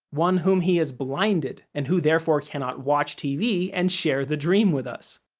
one whom he has blinded, and who therefore cannot watch tv and share the dream with us.